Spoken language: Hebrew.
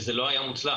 וזה לא היה מוצלח.